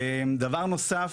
דבר נוסף,